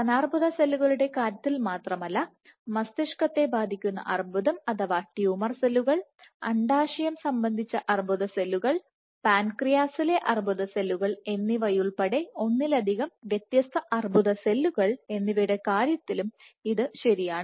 സ്തനാർബുദ സെല്ലുകളുടെ കാര്യത്തിൽ മാത്രമല്ലമസ്തിഷ്കത്തെ ബാധിക്കുന്ന അർബുദം അഥവാ ട്യൂമർ സെല്ലുകൾ അണ്ഡാശയം സംബന്ധിച്ച അർബുദ സെല്ലുകൾ പാൻക്രിയാസിലെ അർബുദ സെല്ലുകൾ എന്നിവയുൾപ്പെടെ ഒന്നിലധികം വ്യത്യസ്ത അർബുദ സെല്ലുകൾ എന്നിവയുടെ കാര്യത്തിൽ എല്ലാം ഇത് ശരിയാണ്